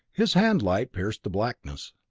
his hand light pierced the blackness,